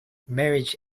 marriage